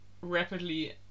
rapidly